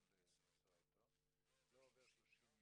אנחנו נפתח את הדיון בנושא הזכייה בתוכנית "מחיר למשתכן"